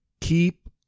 Keep